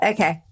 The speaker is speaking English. Okay